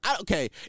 okay